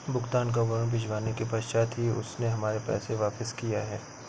भुगतान का वारंट भिजवाने के पश्चात ही उसने हमारे पैसे वापिस किया हैं